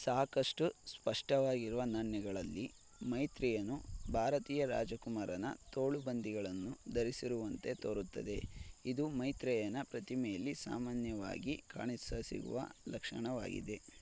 ಸಾಕಷ್ಟು ಸ್ಪಷ್ಟವಾಗಿರುವ ನಾಣ್ಯಗಳಲ್ಲಿ ಮೈತ್ರೇಯನು ಭಾರತೀಯ ರಾಜಕುಮಾರನ ತೋಳುಬಂದಿಗಳನ್ನು ಧರಿಸಿರುವಂತೆ ತೋರುತ್ತದೆ ಇದು ಮೈತ್ರೇಯನ ಪ್ರತಿಮೆಯಲ್ಲಿ ಸಾಮಾನ್ಯವಾಗಿ ಕಾಣಸಿಗುವ ಲಕ್ಷಣವಾಗಿದೆ